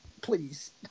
please